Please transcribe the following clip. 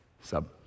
Sub